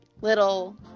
little